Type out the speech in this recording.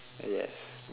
yes